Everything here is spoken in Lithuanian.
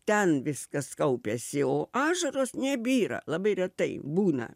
ten viskas kaupiasi o ašaros nebyra labai retai būna